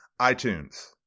iTunes